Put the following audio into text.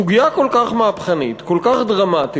סוגיה כל כך מהפכנית, כל כך דרמטית,